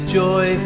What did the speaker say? joy